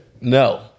no